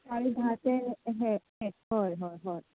सकाळी धा ते एक हय हय हय